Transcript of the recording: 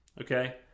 Okay